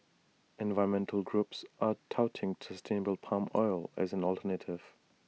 environmental groups are touting sustainable palm oil as an alternative